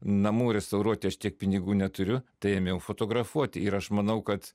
namų restauruoti aš tiek pinigų neturiu tai ėmiau fotografuoti ir aš manau kad